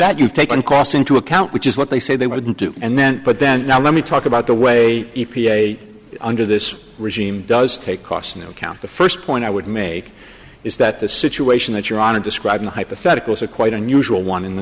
that you've taken cost into account which is what they say they wouldn't do and then but then now let me talk about the way e p a under this regime does take costs now count the first point i would make is that the situation that you're on to describe the hypotheticals are quite unusual one in the